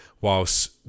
whilst